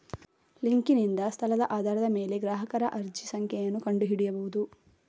ಲಿಂಕಿನಿಂದ ಸ್ಥಳದ ಆಧಾರದ ಮೇಲೆ ಗ್ರಾಹಕರ ಅರ್ಜಿ ಸಂಖ್ಯೆಯನ್ನು ಕಂಡು ಹಿಡಿಯಬಹುದು